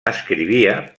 escrivia